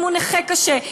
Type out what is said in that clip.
אם הוא נכה קשה,